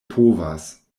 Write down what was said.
povas